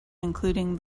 including